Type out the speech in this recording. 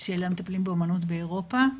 של המטפלים באומנות באירופה.